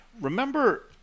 Remember